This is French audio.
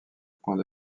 point